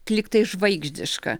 lygtai žvaigždiška